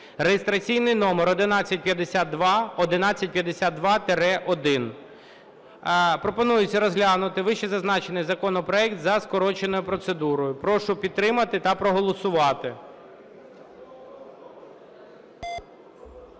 (реєстраційний номер 1152, 1152-1). Пропонується розглянути вищезазначений законопроект за скороченою процедурою. Прошу підтримати та проголосувати.